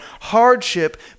hardship